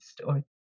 story